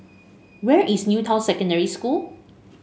where is New Town Secondary School